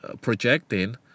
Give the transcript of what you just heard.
projecting